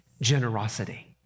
generosity